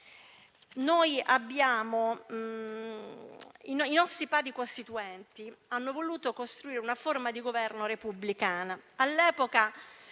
i nostri Padri costituenti hanno voluto costruire una forma di governo repubblicana;